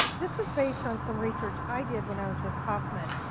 this was based on some research i did when i was with kauffman.